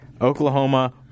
Oklahoma